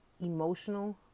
emotional